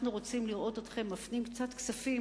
אנחנו רוצים לראות אתכם מפנים קצת כספים